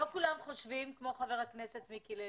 שלא כולם חושבים כמו חבר הכנסת מיקי לוי.